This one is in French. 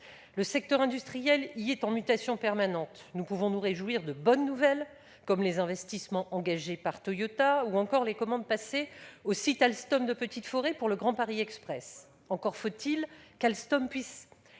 Le secteur industriel y est en mutation permanente. Nous pouvons nous réjouir de bonnes nouvelles, comme les investissements engagés par Toyota ou encore les commandes passées au site Alstom de Petite-Forêt pour le Grand Paris Express. Encore faut-il qu'Alstom poursuive